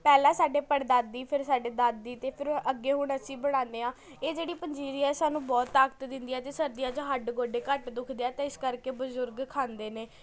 ਪਹਿਲਾਂ ਸਾਡੇ ਪੜ੍ਹਦਾਦੀ ਫਿਰ ਸਾਡੇ ਦਾਦੀ ਅਤੇ ਫਿਰ ਅੱਗੇ ਹੁਣ ਅਸੀਂ ਬਣਾਨੇ ਹਾਂ ਇਹ ਜਿਹੜੀ ਪੰਜੀਰੀ ਹੈ ਇਹ ਸਾਨੂੰ ਬਹੁਤ ਤਾਕਤ ਦਿੰਦੀ ਹੈ ਅਤੇ ਸਰਦੀਆਂ 'ਚ ਹੱਡ ਗੋਡੇ ਘੱਟ ਦੁਖਦੇ ਹੈ ਤਾਂ ਇਸ ਕਰਕੇ ਬਜ਼ੁਰਗ ਖਾਂਦੇ ਨੇ